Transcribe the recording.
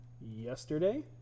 yesterday